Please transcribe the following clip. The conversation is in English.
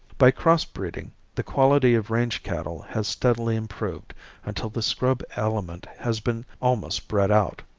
by cross breeding the quality of range cattle has steadily improved until the scrub element has been almost bred out.